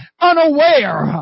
unaware